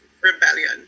rebellion